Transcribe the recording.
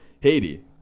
Haiti